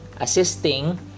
assisting